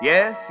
Yes